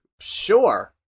Sure